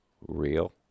real